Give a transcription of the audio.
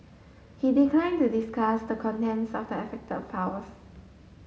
he declined to discuss the contents of the affected files